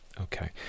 okay